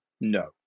No